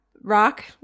rock